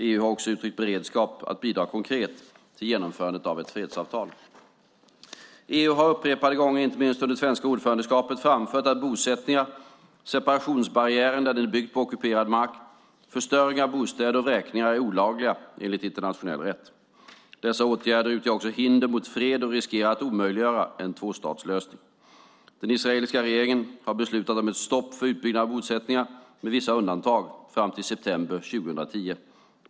EU har också uttryckt beredskap att bidra konkret till genomförandet av ett fredsavtal. EU har upprepade gånger, inte minst under det svenska ordförandeskapet, framfört att bosättningar, separationsbarriären där den är byggd på ockuperad mark, förstöring av bostäder och vräkningar är olagliga enligt internationell rätt. Dessa åtgärder utgör också hinder mot fred och riskerar att omöjliggöra en tvåstatslösning. Den israeliska regeringen har beslutat om ett stopp för utbyggnaden av bosättningar, med vissa undantag, fram till september 2010.